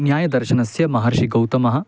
न्यायदर्शनस्य महर्षिगौतमः